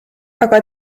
aga